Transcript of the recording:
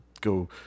go